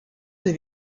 des